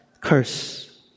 curse